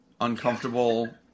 uncomfortable